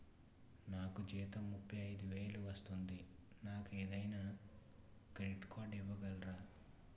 నాకు జీతం ముప్పై ఐదు వేలు వస్తుంది నాకు ఏదైనా క్రెడిట్ కార్డ్ ఇవ్వగలరా?